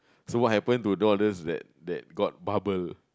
so what happen to all those that that got bubble